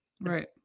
right